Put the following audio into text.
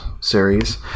series